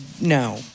no